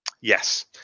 Yes